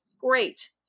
Great